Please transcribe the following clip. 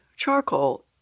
charcoal